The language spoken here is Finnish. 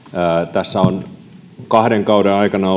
tässä on kahden kauden aikana